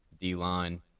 D-line